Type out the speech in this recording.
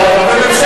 ואני לא חושבת שזה,